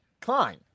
Klein